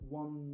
one